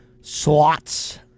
slots